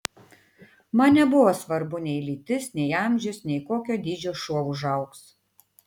man nebuvo svarbu nei lytis nei amžius nei kokio dydžio šuo užaugs